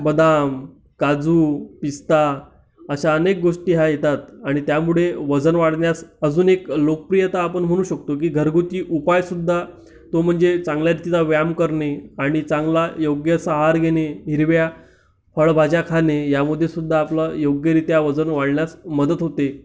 बदाम काजू पिस्ता अशा अनेक गोष्टी ह्या येतात आणि त्यामुळे वजन वाढविण्यास अजून एक लोकप्रियता आपण म्हणू शकतो की घरगुती उपाय सुद्धा तो म्हणजे चांगल्या रीतीचा व्यायाम करणे आणि चांगला योग्यसा आहार घेणे हिरव्या फळभाज्या खाणे यामध्ये सुद्धा आपलं योग्यरीत्या वजन वाढण्यास मदत होते